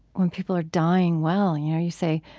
when people are dying well. you you say,